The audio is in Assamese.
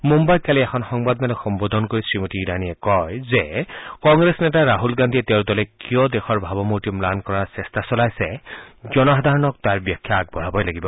মুম্বাইত কালি এখন সংবাদমেলক সম্বোধন কৰি শ্ৰীমতী ইৰানীয়ে কয় যে কংগ্ৰেছ নেতা ৰাহুল গান্ধীয়ে তেওঁৰ দলে কিয় দেশৰ ভাৱমূৰ্তি ম্লান কৰাৰ চেষ্টা চলাইছে জনসাধাৰণক তাৰ ব্যাখ্যা আগবঢ়াবই লাগিব